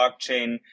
blockchain